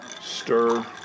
stir